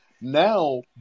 Now